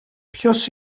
ποιος